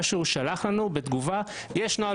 מה שהוא שלח לנו בתגובה זה שיש נוהל